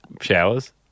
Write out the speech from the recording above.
showers